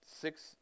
Six